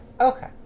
Okay